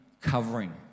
covering